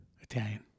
Italian